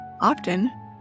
Often